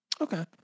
Okay